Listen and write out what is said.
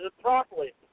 properly